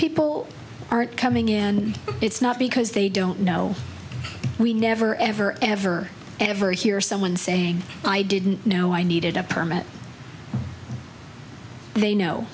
people aren't coming in and it's not because they don't know we never ever ever ever hear someone saying i didn't know i needed a permit and they